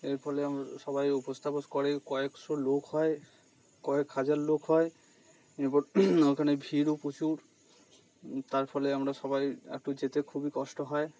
এর ফলে আমরা সবাই উপোস থাপোস করে কয়েকশো লোক হয় কয়েক হাজার লোক হয় এবং ওখানে ভিড়ও প্রচুর তার ফলে আমরা সবাই একটু যেতে খুবই কষ্ট হয়